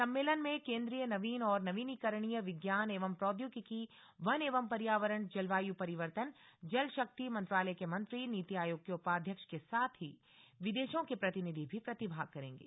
सम्मेलन में केन्द्रीय नवीन और नवीकरणीय विज्ञान एवं प्रौद्योगिकी वन एवं पर्यावरण जलवायु परिवर्तन जलशक्ति मंत्रालय के मंत्री नीति आयोग के उपाध्यक्ष के साथ ही विदेशों के प्रतिनिधि भी प्रतिभाग करेंगे